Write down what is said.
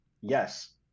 yes